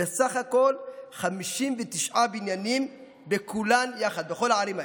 בסך הכול 59 בניינים בכל הערים האלה,